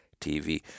TV